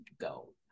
go